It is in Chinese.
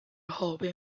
后被